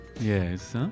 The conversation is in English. Yes